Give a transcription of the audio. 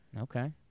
Okay